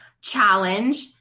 challenge